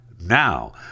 now